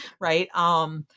right